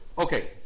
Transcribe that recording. Okay